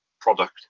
product